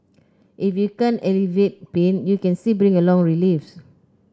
if you can't alleviate pain you can still bring about relief